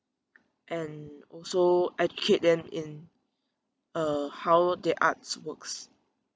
and also educate them in uh how their arts works